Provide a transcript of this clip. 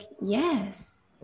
Yes